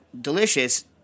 delicious